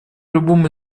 любому